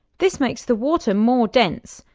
this makes the water more dense,